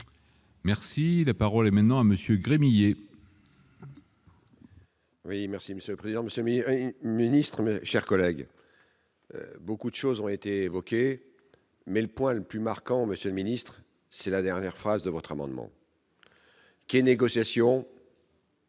Merci, la parole est maintenant à monsieur Gremillet. Oui, merci Monsieur le Président Monsieur Millon ministre, mes chers collègues, beaucoup d'chose ont été évoqués, mais le point le plus marquant, Monsieur le Ministre, c'est la dernière phrase de votre amendement qui négociations.